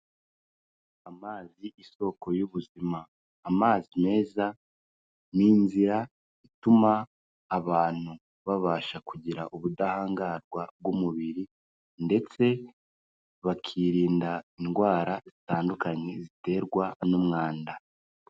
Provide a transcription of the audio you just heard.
Amazi isoko y'ubuzima, amazi meza ni inzira ituma abantu babasha kugira ubudahangarwa bw'umubiri ndetse bakirinda indwara zitandukanye ziterwa n'umwanda.